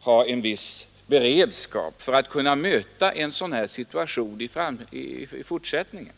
ha en viss beredskap för att kunna möta liknande situationer i fortsättningen?